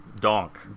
donk